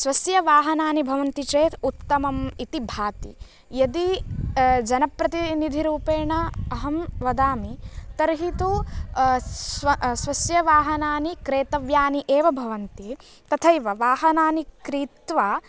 स्वस्य वाहनानि भवन्ति चेत् उत्तमम् इति भाति यदि जनप्रतिनिधिरूपेण अहं वदामि तर्हि तु स्व स्वस्य वाहनानि तु क्रेतव्यानि एव भवन्ति तथैव वाहनानि क्रीत्वा